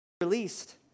released